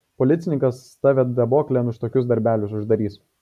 policininkas tave daboklėn už tokius darbelius uždarys